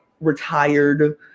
retired